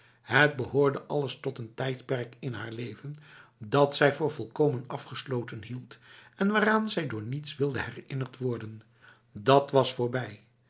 het behoorde alles tot een tijdperk in haar leven dat zij voor volkomen afgesloten hield en waaraan zij door niets wilde herinnerd worden dat was voorbij